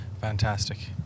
fantastic